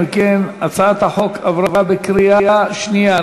אם כן, הצעת החוק עברה בקריאה שנייה.